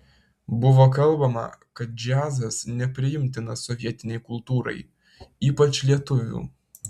buvo kalbama kad džiazas nepriimtinas sovietinei kultūrai ypač lietuvių